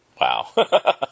Wow